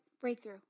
breakthrough